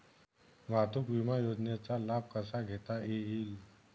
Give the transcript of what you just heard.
वाहतूक विमा योजनेचा लाभ कसा घेता येईल?